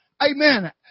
amen